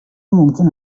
ممکن